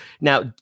Now